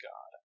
God